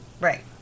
Right